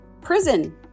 prison